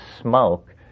smoke